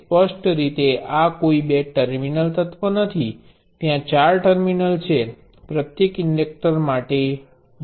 સ્પષ્ટ રીતે આ કોઈ બે ટર્મિનલ એલિમેન્ટ નથી ત્યાં ચાર ટર્મિનલ છે પ્રત્યેક ઇન્ડક્ટર માટે બે